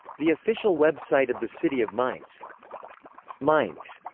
the official web site of the city of mainz mainz.